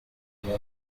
igihe